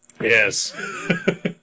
Yes